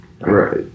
Right